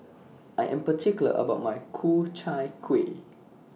I Am particular about My Ku Chai Kueh